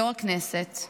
יו"ר הכנסת,